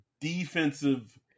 defensive